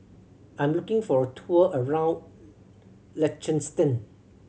I am looking for a tour around Liechtenstein